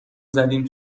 زدیم